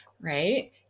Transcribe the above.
right